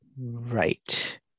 Right